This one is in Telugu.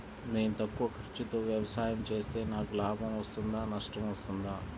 నేను తక్కువ ఖర్చుతో వ్యవసాయం చేస్తే నాకు లాభం వస్తుందా నష్టం వస్తుందా?